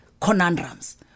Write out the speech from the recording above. conundrums